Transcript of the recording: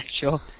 sure